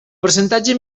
percentatge